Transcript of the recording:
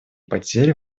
потери